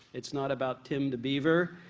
it's not about tim the beaver.